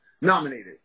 nominated